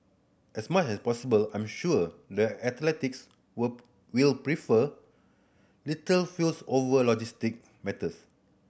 as much as possible I'm sure the athletes were will prefer little fuss over logistic matters